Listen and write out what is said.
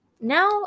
Now